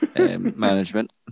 management